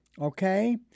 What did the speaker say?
okay